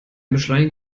beschleunigen